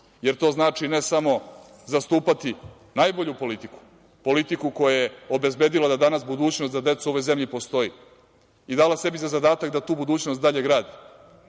jer to znači, ne samo zastupati najbolju politiku, politiku koja je obezbedila da danas budućnost za decu u ovoj zemlji postoji i dala sebi za zadatak da tu budućnost dalje gradi.